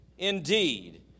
Indeed